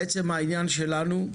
לעצם העניין שלנו,